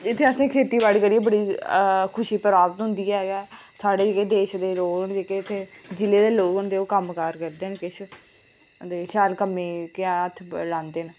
इत्थें असेंगी खेती बाड़ी करियै बड़ी खुशी प्राप्त होंदी ऐ साढ़े गै देश दे लोक न जेह्ड़े इत्थै जिले दे लोक न ओह् कम्म कार करदे न इत्थें ते शैल कम्में गी क्या हत्थ लांदे न